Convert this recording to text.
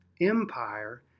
empire